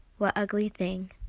what ugly thing,